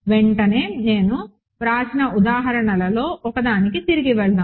వెంటనే నేను వ్రాసిన ఉదాహరణలలో ఒకదానికి తిరిగి వెళ్దాము